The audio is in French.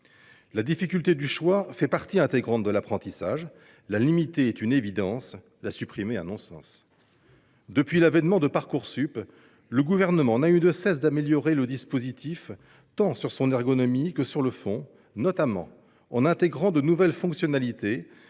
La difficulté du choix fait partie intégrante de l’apprentissage. La limiter est une évidence, la supprimer serait un non sens. Depuis l’avènement de Parcoursup, le Gouvernement n’a eu de cesse d’améliorer le dispositif, tant en termes d’ergonomie que sur le fond, notamment en intégrant de nouvelles fonctionnalités